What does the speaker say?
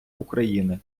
україни